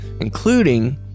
including